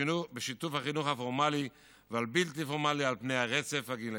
בשיתוף החינוך הפורמלי והבלתי-פורמלי על פני רצף הגילים.